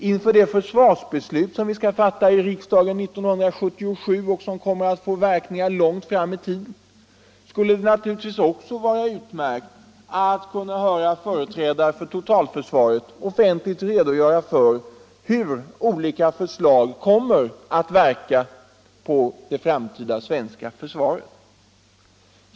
Inför de försvarsbeslut som vi skall fatta i riksdagen 1977 och som kommer att få verkningar långt fram i tiden skulle det naturligtvis också vara utmärkt att kunna höra företrädare för totalförsvaret offentligt redogöra för hur olika förslag kommer att verka på det framtida svenska försvaret.